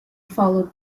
followed